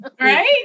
right